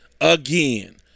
again